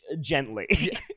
gently